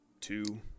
two